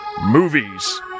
Movies